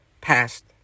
passed